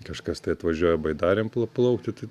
kažkas tai atvažiuoja baidarėm plaplaukti tai